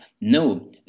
no